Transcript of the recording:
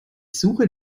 suche